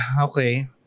okay